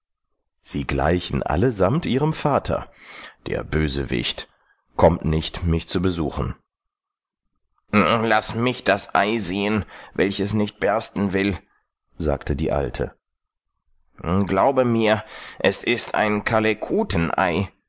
sie gleichen allesamt ihrem vater der bösewicht kommt nicht mich zu besuchen laß mich das ei sehen welches nicht bersten will sagte die alte glaube mir es ist ein kalekutenei